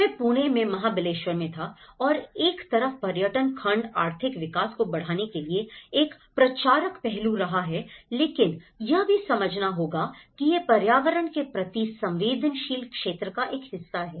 मैं पुणे में महाबलेश्वर में था और एक तरफ पर्यटन खंड आर्थिक विकास को बढ़ाने के लिए एक प्रचारक पहलू रहा है लेकिन यह भी समझना होगा कि यह पर्यावरण के प्रति संवेदनशील क्षेत्र का एक हिस्सा है